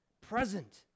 Present